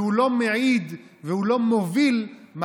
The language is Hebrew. והוא לא מעיד והוא לא מוביל מהלכים.